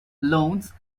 loans